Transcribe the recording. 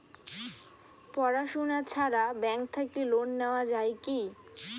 পড়াশুনা ছাড়া ব্যাংক থাকি লোন নেওয়া যায় কি?